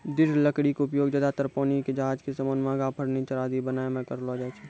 दृढ़ लकड़ी के उपयोग ज्यादातर पानी के जहाज के सामान, महंगा फर्नीचर आदि बनाय मॅ करलो जाय छै